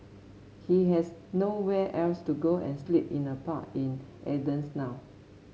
he has nowhere else to go and sleep in a park in Athens now